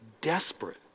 desperate